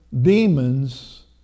demons